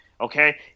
okay